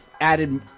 added